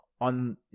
on